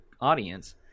audience